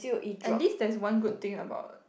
at least there's one good thing about